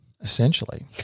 essentially